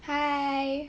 hi